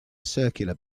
circular